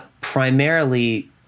Primarily